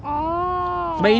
oh